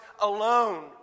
alone